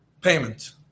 payment